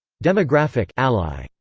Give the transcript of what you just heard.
demographic ally,